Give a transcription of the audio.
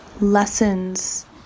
lessons